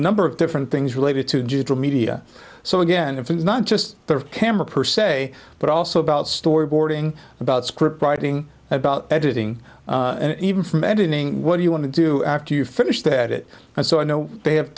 number of different things related to digital media so again if it's not just the camera per se but also about storyboarding about scriptwriting about editing and even from editing what do you want to do after you finished at it and so i know they have